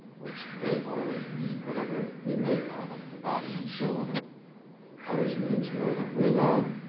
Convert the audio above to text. which they always mean whatever we make of of the body and show of it always means more than we know.